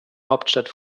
hauptstadt